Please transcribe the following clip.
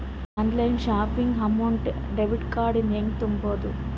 Online shopping amount debit card ಇಂದ ಹೆಂಗ್ ತುಂಬೊದು?